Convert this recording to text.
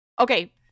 Okay